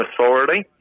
authority